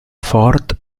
fort